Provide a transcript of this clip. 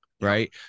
right